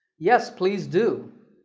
yes, please do.